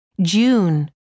june